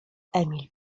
emil